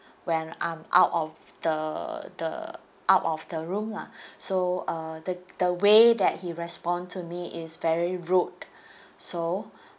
when I'm out of the the out of the room lah so uh the the way that he respond to me is very rude so